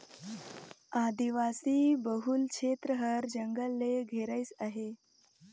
आदिवासी बहुल छेत्र हर जंगल ले घेराइस अहे